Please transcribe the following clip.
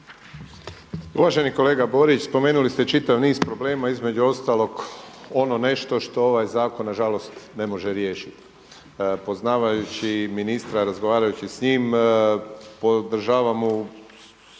Uvaženi kolega Borić, spomenuli ste čitav niz problema, između ostalog ono nešto što ovaj zakon nažalost ne može riješiti. Poznavajući ministra, razgovarajući s njim podržavamo